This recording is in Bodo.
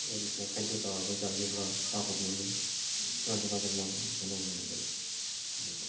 बायदिसिना खायद' जायोब्ला टाकट मोनो खेला धुला गेलेनायाव